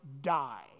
die